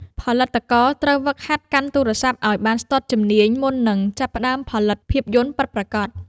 ផលិតករត្រូវហ្វឹកហាត់កាន់ទូរស័ព្ទឱ្យបានស្ទាត់ជំនាញមុននឹងចាប់ផ្ដើមផលិតភាពយន្តពិតប្រាកដ។